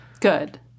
Good